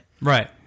Right